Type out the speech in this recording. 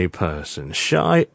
person，shy